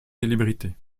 célébrités